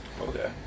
Okay